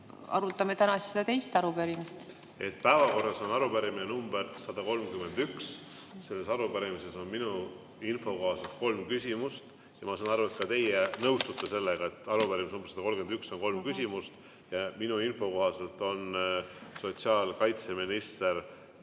arutame täna siis seda teist arupärimist. Päevakorras on arupärimine nr 131. Selles arupärimises on minu info kohaselt kolm küsimust. Ma saan aru, et ka teie nõustute sellega, et arupärimises nr 131 on kolm küsimust. Minu info kohaselt on sotsiaalkaitseminister